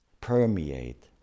permeate